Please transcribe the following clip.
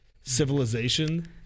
Civilization